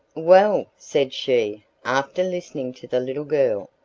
well, said she, after listening to the little girl,